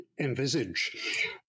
envisage